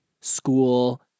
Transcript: school